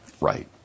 Right